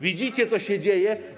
Widzicie, co się dzieje.